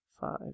Five